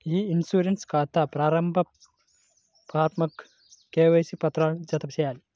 ఇ insurance ఖాతా ప్రారంభ ఫారమ్కు కేవైసీ పత్రాలను జతచేయాలి